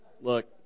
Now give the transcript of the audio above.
Look